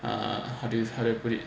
uh how do you how to put it